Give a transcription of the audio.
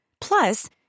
Plus